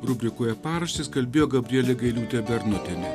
rubrikoje paraštės kalbėjo gabrielė gailiūtė bernotienė